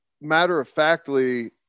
matter-of-factly